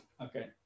Okay